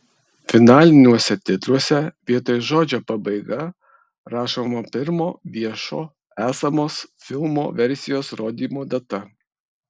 finaliniuose titruose vietoj žodžio pabaiga rašoma pirmo viešo esamos filmo versijos rodymo data